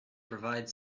provide